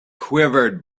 quivered